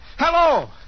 Hello